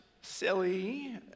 silly